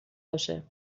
باشه